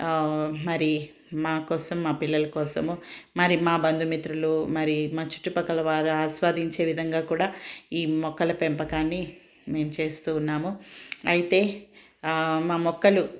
మరి మా కోసం మా పిల్లల కోసము మరి మా బంధుమిత్రులు మరి మా చుట్టుపక్కల వారు ఆస్వాదించే విధంగా కూడా ఈ మొక్కల పెంపకాన్ని మేము చేస్తూ ఉన్నాము అయితే మా మొక్కలు